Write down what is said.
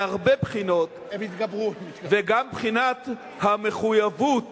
מהרבה בחינות וגם מבחינת המחויבות